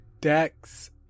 Dex